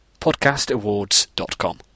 Podcastawards.com